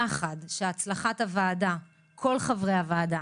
יחד שהצלחנו כל חברי הוועדה